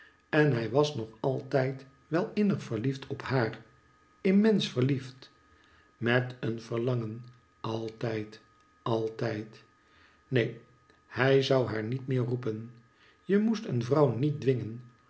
en hij was nog altijd wel innig verliefd op haar immens verliefd met een verlangen altijd altijd neen hij zou haar niet meer roepen je moest een vrouw niet dwingen